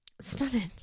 Stunning